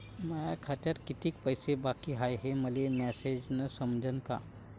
माया खात्यात कितीक पैसे बाकी हाय हे मले मॅसेजन समजनं का?